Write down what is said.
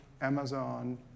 Amazon